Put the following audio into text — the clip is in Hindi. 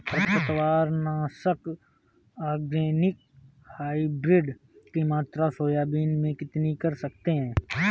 खरपतवार नाशक ऑर्गेनिक हाइब्रिड की मात्रा सोयाबीन में कितनी कर सकते हैं?